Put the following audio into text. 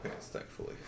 thankfully